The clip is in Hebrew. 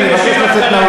לא,